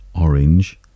orange